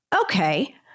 okay